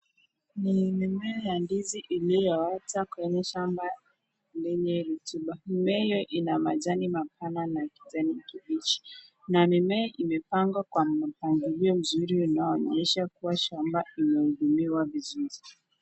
Ni mimea ya ndizi iliyoota kwenye shamba lenye rutuba. Mimea ina majani mapana na kijani kibichi na mimea imepangwa kwa mipangilio mzuri unaoonyesha kuwa shamba limehudumiwa vizuri.